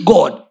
God